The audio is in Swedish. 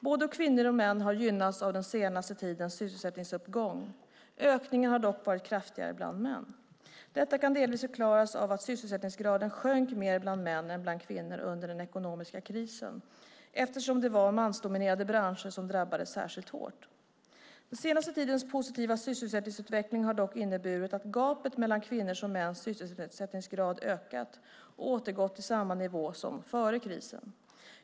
Både kvinnor och män har gynnats av den senaste tidens sysselsättningsuppgång. Ökningen har dock varit kraftigare bland män. Detta kan delvis förklaras av att sysselsättningsgraden sjönk mer bland män än bland kvinnor under den ekonomiska krisen, eftersom det var mansdominerade branscher som drabbades särskilt hårt. Den senaste tidens positiva sysselsättningsutveckling har dock inneburit att gapet mellan kvinnors och mäns sysselsättningsgrad har ökat och återgått till samma nivå som före krisen.